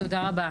תודה רבה.